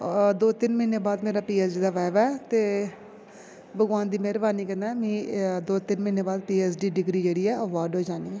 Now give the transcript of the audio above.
अ दो तीन म्हीने बाद मेरा पी एच डी दा वाइबा ऐ ते भगवान दी मेहरबानी कन्नै मी दो तीन म्हीने बाद पी एच डी दी डिग्री जेह्ड़ी ऐ अवार्ड होई जानी ऐ